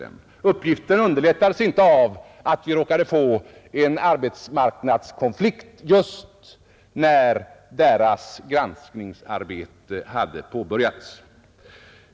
Uppgiften underlättades inte av att vi råkade få en arbetskonflikt när deras granskningsarbete hade påbörjats.